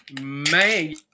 Man